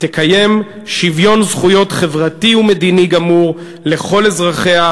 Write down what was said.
תקיים שוויון זכויות חברתי ומדיני גמור לכל אזרחיה,